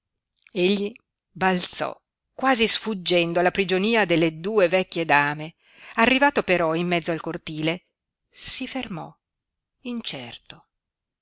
egli balzò quasi sfuggendo alla prigionia delle due vecchie dame arrivato però in mezzo al cortile si fermò incerto